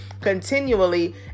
continually